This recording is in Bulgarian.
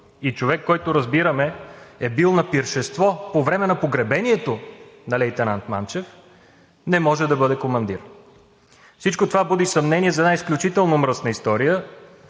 и човек, който разбираме, е бил на пиршество по време на погребението на лейтенант Манчев, не може да бъде командир. Всичко това буди съмнение за една изключително мръсна история